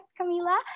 Camila